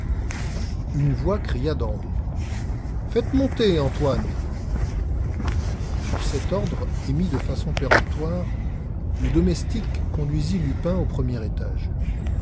une voix cria d'en haut faites monter antoine sur cet ordre émis de façon péremptoire le domestique conduisit lupin au premier étage